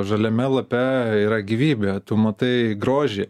žaliame lape yra gyvybė tu matai grožį